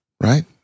right